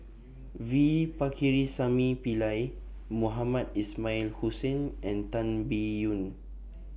V Pakirisamy Pillai Mohamed Ismail Hussain and Tan Biyun